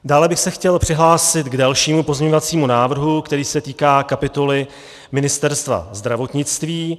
Dále bych se chtěl přihlásit k dalšímu pozměňovacímu návrhu, který se týká kapitoly Ministerstva zdravotnictví.